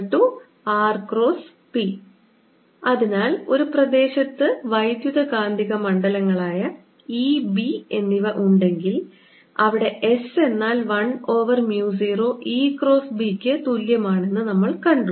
Lrp അതിനാൽ ഒരു പ്രദേശത്ത് വൈദ്യുതകാന്തിക മണ്ഡലങ്ങളായ E B എന്നിവ ഉണ്ടെങ്കിൽ അവിടെ S എന്നാൽ 1 over mu 0 E cross B ക്ക് തുല്യമാണെന്ന് നമ്മൾ കണ്ടു